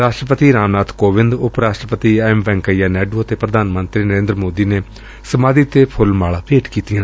ਰਾਸ਼ਟਰਪਤੀ ਰਾਮ ਨਾਥ ਕੋਵਿੰਦ ਉਪ ਰਾਸਟਰਪਤੀ ਐਮ ਵੈਂਕਈਆ ਨਾਇਡੂ ਅਤੇ ਪ੍ਰਧਾਨ ਮੰਤਰੀ ਨਰੇਂਦਰ ਮੋਦੀ ਨੇ ਸਮਾਧੀ ਤੇ ਫੁੱਲ ਮਾਲਾ ਭੇਂਟ ਕੀਤੀਆਂ